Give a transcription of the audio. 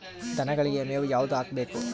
ದನಗಳಿಗೆ ಮೇವು ಯಾವುದು ಹಾಕ್ಬೇಕು?